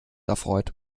erfreut